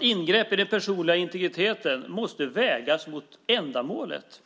Ingrepp i den personliga integriteten måste vägas mot ändamålet.